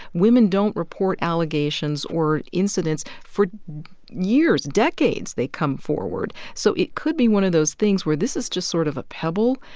women don't report allegations or incidents for years decades they come forward. so it could be one of those things where this is just sort of a pebble.